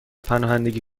پناهندگی